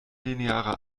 linearer